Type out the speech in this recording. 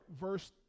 Verse